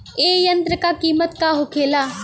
ए यंत्र का कीमत का होखेला?